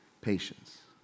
patience